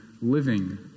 living